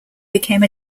became